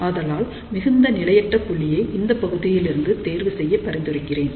ஆதலால் மிகுந்த நிலையற்ற புள்ளியை இந்தப்பகுதியில் இருந்து தேர்வு செய்ய பரிந்துரைக்கிறேன்